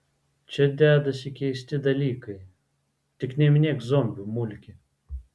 čia dedasi keisti dalykai tik neminėk zombių mulki